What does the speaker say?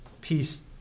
peace